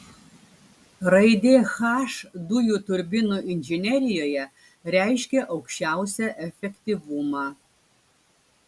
raidė h dujų turbinų inžinerijoje reiškia aukščiausią efektyvumą